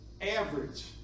average